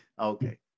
Okay